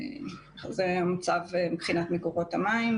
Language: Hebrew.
זה המצב מבחינת מקורות המים.